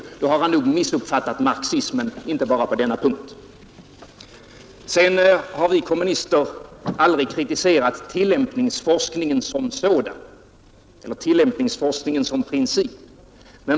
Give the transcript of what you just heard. I så fall har herr Moberg nog missuppfattat marxismen, inte bara på denna punkt. Sedan har vi kommunister aldrig kritiserat tillämpningsforskningen som princip.